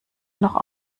noch